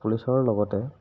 পুলিচৰ লগতে